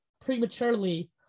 prematurely